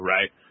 Right